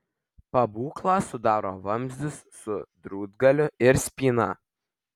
pabūklą sudaro vamzdis su drūtgaliu ir spyna